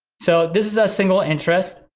so this is a single interest,